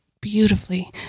beautifully